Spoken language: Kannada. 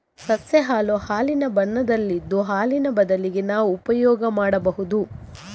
ಸಸ್ಯ ಹಾಲು ಹಾಲಿನ ಬಣ್ಣದಲ್ಲಿದ್ದು ಹಾಲಿನ ಬದಲಿಗೆ ನಾವು ಉಪಯೋಗ ಮಾಡ್ಬಹುದು